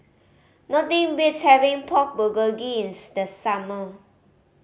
nothing beats having Pork Bulgogi in the summer